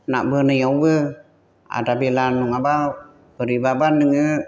ना बोनायावबो आदा बेला नङाब्ला बोरैबाबा नोङो